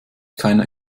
keiner